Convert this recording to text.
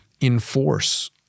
enforce